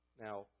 Now